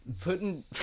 putting